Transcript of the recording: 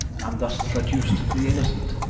and thus traduced the innocent.